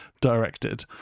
directed